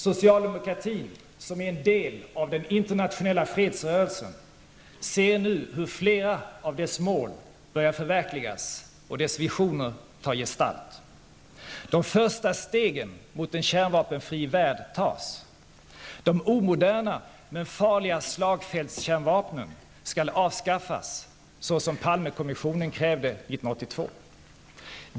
Socialdemokratin, som är en del av den internationella fredsrörelsen, ser nu hur flera av dess mål börjar förverkligas och dess visioner ta gestalt. De första stegen mot en kärnvapenfri värld tas. De omoderna men farliga slagfältskärnvapnen skall avskaffas, såsom Palmekommissionen krävde 1982.